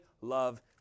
love